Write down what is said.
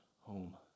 home